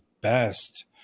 best